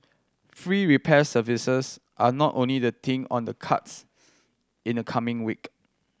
free repair services are not only the thing on the cards in the coming week